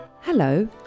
Hello